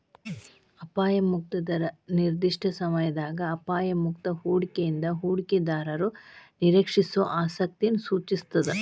ಅಪಾಯ ಮುಕ್ತ ದರ ನಿರ್ದಿಷ್ಟ ಸಮಯದಾಗ ಅಪಾಯ ಮುಕ್ತ ಹೂಡಿಕೆಯಿಂದ ಹೂಡಿಕೆದಾರರು ನಿರೇಕ್ಷಿಸೋ ಆಸಕ್ತಿಯನ್ನ ಸೂಚಿಸ್ತಾದ